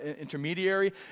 intermediary